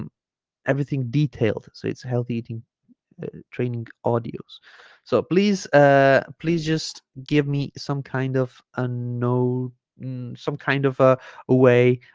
and everything detailed so it's healthy eating training audios so please ah please just give me some kind of ah unknown some kind of a ah way